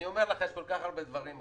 אני אומר לכם כל כך הרבה דברים.